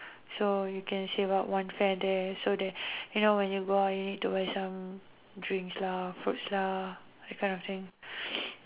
so you can save up one fare there so that you know when you go out you need to buy some drinks lah fruits lah that kind of things